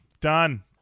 done